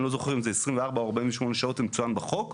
אני לא זוכר אם זה 24 או 48 שעות שמצוין בחוק,